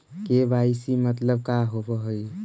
KYC मतलब का होव हइ?